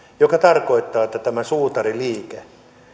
mikä tarkoittaa että tämä suutariliike